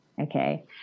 Okay